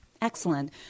Excellent